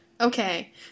Okay